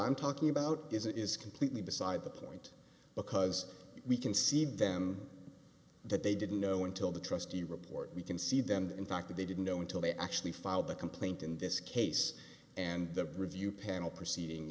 i'm talking about is it is completely beside the point because we can see them that they didn't know until the trustee report we can see then in fact that they didn't know until they actually filed the complaint in this case and the review panel proceeding